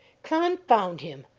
confound him!